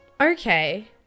Okay